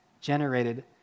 generated